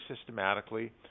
systematically